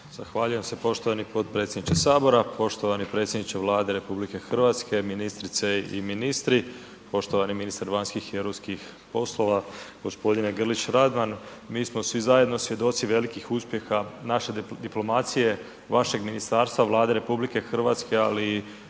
Zahvaljujem se poštovani potpredsjedničke Sabora. Poštovani predsjedniče Vlade RH, ministrice i ministri, poštovani ministar vanjskih i europskih poslova gospodine Grlić Radman, mi smo svi zajedno svjedoci velikih uspjeha naše diplomacije, vašeg ministarstva, Vlade RH, ali i